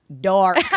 dark